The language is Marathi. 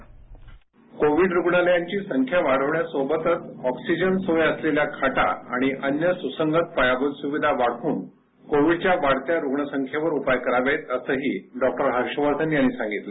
ध्वनी कोविड रुग्णालयांची संख्या वाढवण्यासोबतच ऑक्सीजन सोय असलेल्या खाटा आणि अन्य सुसंगत पायाभूत सुविधा वाढवून कोविडच्या वाढत्या रुग्णसंख्येवर उपाय करावेत असंही डॉक्टर हर्ष वर्धन यांनी सांगितलं